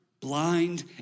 blind